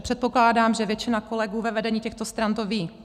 Předpokládám, že většina kolegů ve vedení těchto stran to ví.